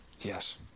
yes